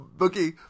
Okay